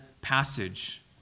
passage